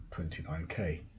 29k